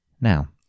Now